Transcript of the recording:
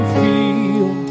feel